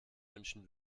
wünschen